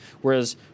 whereas